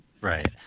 Right